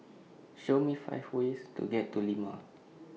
Show Me five ways to get to Lima